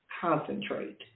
concentrate